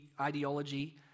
ideology